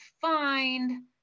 find